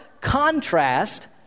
contrast